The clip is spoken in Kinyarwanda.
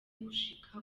gushika